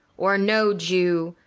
or know, jew,